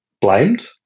blamed